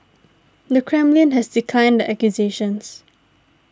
the Kremlin has declined the accusations